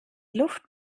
luft